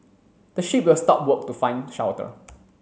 the sheep will stop work to find shelter